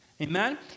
Amen